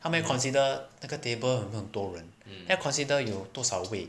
他们会 consider 那个 table 有没有很多人他们会 consider 有多少位